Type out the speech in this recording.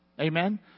Amen